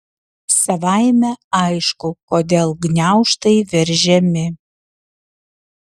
savaime aišku kodėl gniaužtai veržiami